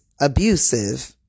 abusive